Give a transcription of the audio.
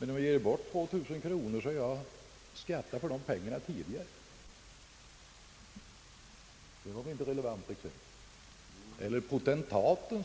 Om jag ger bort 2 000 kronor har jag skattat för dessa pengar tidigare. Det var därför inte något relevant exempel.